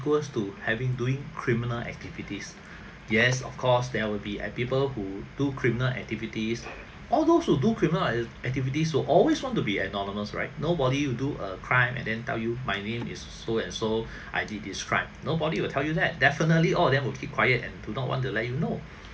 worse to having doing criminal activities yes of course there will be people who do criminal activities all those who do criminal activities will always want to be anonymous right nobody will do a crime and then tell you my name is so and so I did this crime nobody will tell you that definitely all of them will keep quiet and do not want to let you know